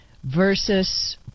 Versus